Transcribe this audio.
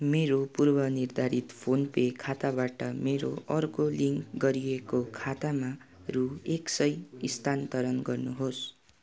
मेरो पूर्वनिर्धारित PhonePe खाताबाट मेरो अर्को लिङ्क गरिएको खातामा रु एक सय स्थानान्तरण गर्नुहोस्